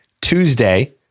tuesday